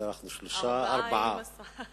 ארבעה עם השר.